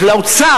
לאוצר,